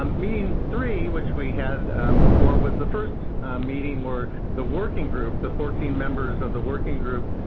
um meeting three, which we had before, was the first meeting where the working group, the fourteen members of the working group,